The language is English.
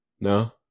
No